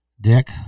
Dick